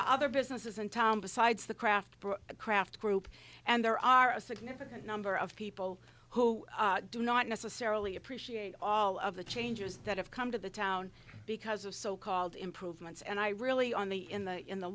are other businesses in town besides the craft craft group and there are a significant number of people who do not necessarily appreciate all of the changes that have come to the town because of so called improvements and i really only in the in the